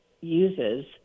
uses